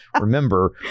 remember